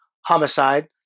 homicide